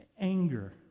Anger